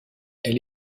elle